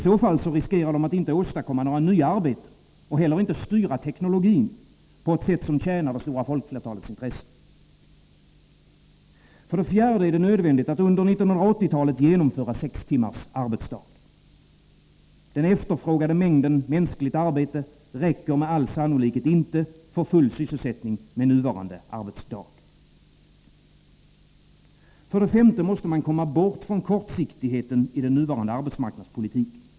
Då riskerar de att inte åstadkomma några nya arbeten och inte heller styra teknologin på ett sätt som tjänar det stora folkflertalets intressen. För det fjärde är det nödvändigt att under 1980-talet genomföra sex timmars arbetsdag. Den efterfrågade mängden mänskligt arbete räcker med all sannolikhet inte till för full sysselsättning med nuvarande arbetsdag. För det femte måste man komma bort från kortsiktigheten i den nuvarande arbetsmarknadspolitiken.